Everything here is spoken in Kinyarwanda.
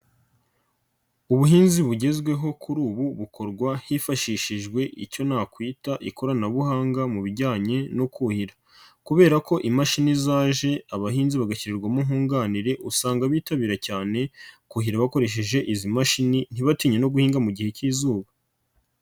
Ubuhinzi bugezweho kuri ubu bukorwa hifashishijwe icyo nakwita ikoranabuhanga mu bijyanye no kuhira kubera ko imashini zaje abahinzi bagashyirirwamo nkunganire usanga bitabira cyane kuhira bakoresheje izi mashini ntibatinye no guhinga mu gihe k'izuba.